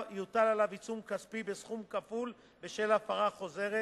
יוטל עליו עיצום כספי בסכום כפול בשל הפרה חוזרת.